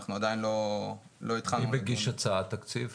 אנחנו עדיין לא התחלנו --- מי מגיש הצעת תקציב?